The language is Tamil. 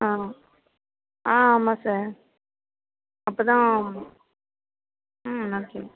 ஆ ஆ ஆமாம் சார் அப்போ தான் ம் ஓகே